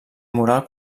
moral